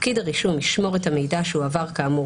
פקיד הרישום ישמור את המידע שהועבר כאמור